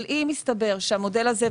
אבל אם יסתבר שהמודל הזה,